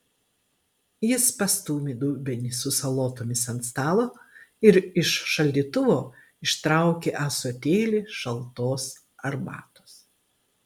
jis pastūmė dubenį su salotoms ant stalo ir iš šaldytuvo ištraukė ąsotėlį šaltos arbatos